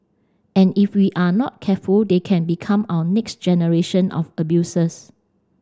and if we are not careful they can become our next generation of abusers